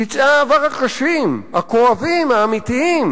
פצעי העבר הקשים, הכואבים, האמיתיים,